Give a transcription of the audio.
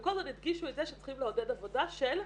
וכל הזמן הדגישו את זה שצריך לעודד עבודה של גברים.